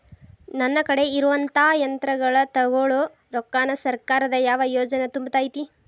ನನ್ ಕಡೆ ಇರುವಂಥಾ ಯಂತ್ರಗಳ ತೊಗೊಳು ರೊಕ್ಕಾನ್ ಸರ್ಕಾರದ ಯಾವ ಯೋಜನೆ ತುಂಬತೈತಿ?